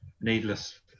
needless